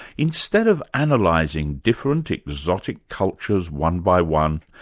instead of analysing different exotic cultures one by one,